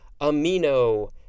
amino